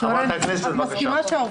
חברת הכנסת אימאן, בבקשה.